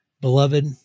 Beloved